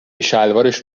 شلوارش